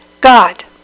God